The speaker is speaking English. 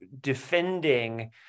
defending